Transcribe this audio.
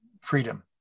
freedom